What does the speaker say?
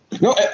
No